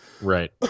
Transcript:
Right